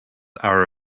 are